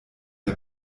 der